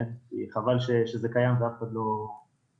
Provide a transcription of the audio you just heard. כן כי חבל שזה קיים ואף אחד לא מתייחס.